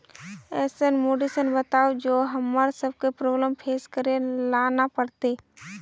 ऐसन मेडिसिन बताओ जो हम्मर सबके प्रॉब्लम फेस करे ला ना पड़ते?